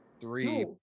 Three